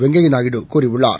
வெங்கப்யா நாயுடு கூறியுள்ளார்